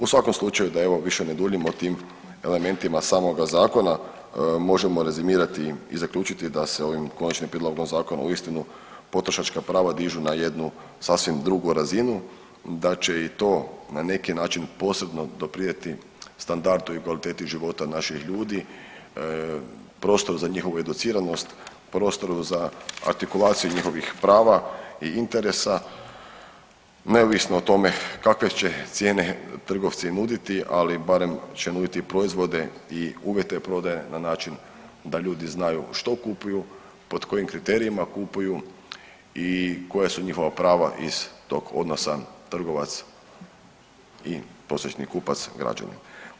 U svakom slučaju da evo više ne duljim o tim elementima samoga zakona možemo rezimirati i zaključiti da se ovim konačnim prijedlogom zakona uistinu potrošačka prava dižu na jednu sasvim drugu razinu, da će i to na neki način posebno doprinijeti standardu i kvaliteti života naših ljudi, prostoru za njihovu educiranost, prostoru za artikulaciju njihovih prava i interesa neovisno o tome kakve će cijene trgovci nuditi ali barem će nuditi proizvode i uvjete prodaje na način da ljudi znaju što kupuju, pod kojim kriterijima kupuju i koja su njihova prava iz tog odnosa trgovac i prosječni kupac, građanin.